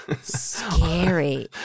scary